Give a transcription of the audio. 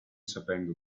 sapendo